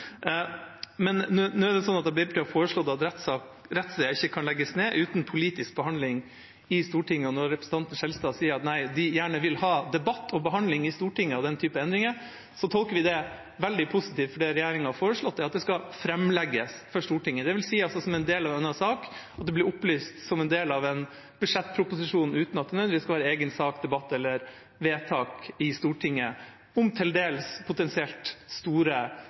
har foreslått at rettssteder ikke skal kunne legges ned uten politisk behandling i Stortinget. Når representanten Skjelstad sier at de gjerne vil ha debatt om og behandling i Stortinget av den typen endringer, tolker vi det veldig positivt, for det regjeringa har foreslått, er at det skal framlegges for Stortinget, dvs. som en del av en annen sak – at det blir opplyst som en del av en budsjettproposisjon uten at det nødvendigvis skal være egen sak, debatt eller vedtak i Stortinget om til dels potensielt store